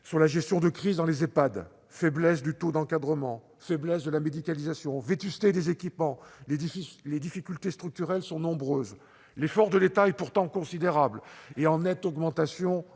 sur la gestion de la crise dans les Ehpad. Faiblesse du taux d'encadrement, faiblesse de la médicalisation, vétusté des équipements, les difficultés structurelles sont nombreuses. L'effort de l'État est pourtant considérable et en nette augmentation